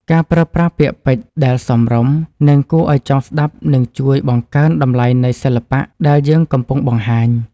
ការប្រើប្រាស់ពាក្យពេចន៍ដែលសមរម្យ និង គួរឱ្យចង់ស្តាប់នឹងជួយបង្កើនតម្លៃនៃសិល្បៈដែលយើងកំពុងបង្ហាញ។